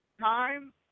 time